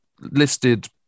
listed